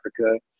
Africa